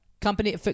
company